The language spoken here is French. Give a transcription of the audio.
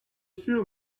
sûr